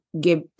give